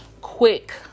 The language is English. quick